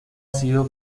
sido